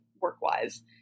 work-wise